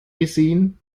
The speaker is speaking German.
gesehen